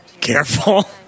Careful